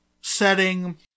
setting